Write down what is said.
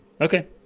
Okay